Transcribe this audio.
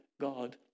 God